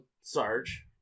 Sarge